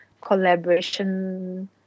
collaboration